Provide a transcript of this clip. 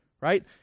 right